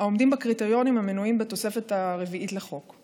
העומדים בקריטריונים המנויים בתוספת הרביעית לחוק.